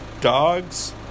dogs